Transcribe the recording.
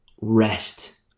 rest